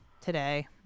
today